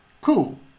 cool